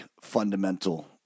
fundamental